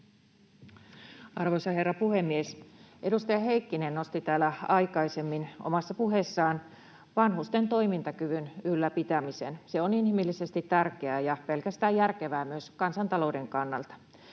Arvoisa herra puhemies! Edustaja Heikkinen nosti täällä aikaisemmin omassa puheessaan vanhusten toimintakyvyn ylläpitämisen. Se on inhimillisesti tärkeää ja pelkästään järkevää myös kansantalouden kannalta.